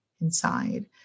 inside